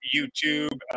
YouTube